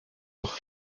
noch